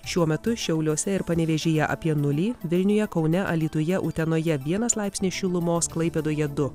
šiuo metu šiauliuose ir panevėžyje apie nulį vilniuje kaune alytuje utenoje vienas laipsnis šilumos klaipėdoje du